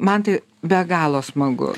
man tai be galo smagu